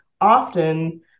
often